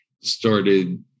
started